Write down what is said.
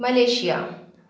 Malaysia